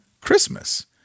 Christmas